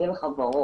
שהיה לך ברור.